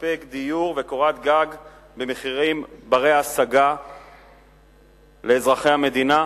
מלספק דיור וקורת-גג במחירים בני-השגה לאזרחי המדינה?